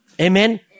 Amen